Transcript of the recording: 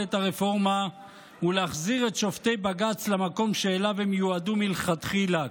את הרפורמה ולהחזיר את שופטי בג"ץ למקום שאליו הם יועדו מלכתחילה,